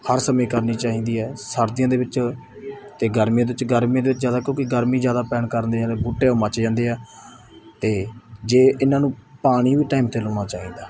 ਹਰ ਸਮੇਂ ਕਰਨੀ ਚਾਹੀਦੀ ਹੈ ਸਰਦੀਆਂ ਦੇ ਵਿੱਚ ਅਤੇ ਗਰਮੀਆਂ ਦੇ ਵਿੱਚ ਗਰਮੀਆਂ ਦੇ ਵਿੱਚ ਜ਼ਿਆਦਾ ਕਿਉਂਕਿ ਗਰਮੀ ਜ਼ਿਆਦਾ ਪੈਣ ਕਾਰਨ ਦੇ ਜ਼ਿਆਦਾ ਬੂਟੇ ਉਹ ਮੱਚ ਜਾਂਦੇ ਆ ਅਤੇ ਜੇ ਇਹਨਾਂ ਨੂੰ ਪਾਣੀ ਵੀ ਟਾਈਮ 'ਤੇ ਲਾਉਣਾ ਚਾਹੀਦਾ